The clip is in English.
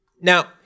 Now